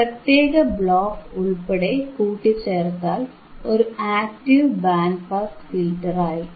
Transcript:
ഈ പ്രത്യേക ബ്ലോക്ക് ഉൾപ്പെടെ കൂട്ടിച്ചേർത്താൽ ഒരു ആക്ടീവ് ബാൻഡ് പാസ് ഫിൽറ്റർ ആയി